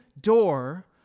door